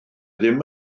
ddim